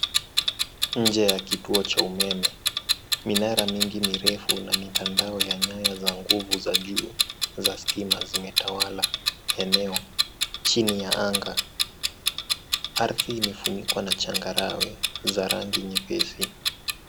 Nje ya kituo cha umeme. Minara mingi mirefu na mitandao ya nyaya za nguvu za juu za stima zimetawala eneo chini ya anga. Ardhi imefunikwa na changarawe za rangi nyepesi.